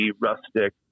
rustic